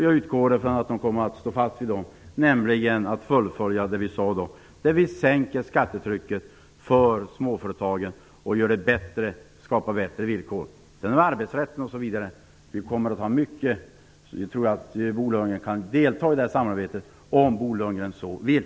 Jag utgår från att man kommer att stå fast vid dem, nämligen att man fullföljer det vi sade då, dvs. att skänka skattetrycket för småföretagen och skapa bättre villkor. När det gäller arbetsrätten m.fl. kommer vi att göra mycket. Jag tror att Bo Lundgren kommer att kunna delta i det samarbetet om Bo Lundgren så vill.